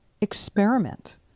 Experiment